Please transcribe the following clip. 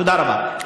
תודה רבה.